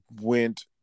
went